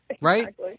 right